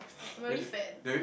I'm already fat